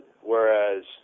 whereas